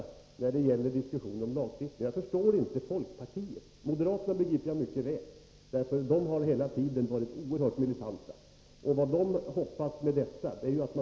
Det är beklagligt att ni socialdemokrater inte har lyssnat till dem.